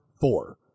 four